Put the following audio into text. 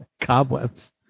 Cobwebs